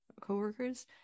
co-workers